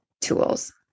tools